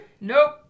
Nope